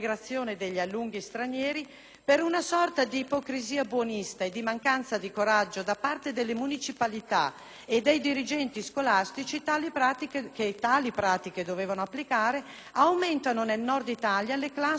per una sorta di ipocrisia buonista e di mancanza di coraggio da parte delle municipalità e dei dirigenti scolastici che tali pratiche dovevano applicare, aumentano nel Nord Italia le classi e le scuole con soli stranieri.